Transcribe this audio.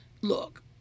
look